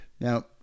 Now